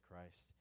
Christ